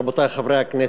רבותי חברי הכנסת,